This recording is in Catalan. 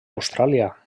austràlia